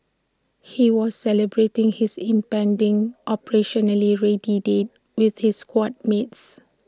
he was celebrating his impending operationally ready date with his squad mates